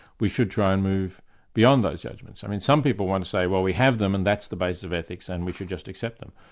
we should try and move beyond those judgments. i mean, some people want to say, well we have them, and that's the basis of ethics and we should just accept them.